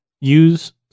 use